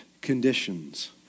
conditions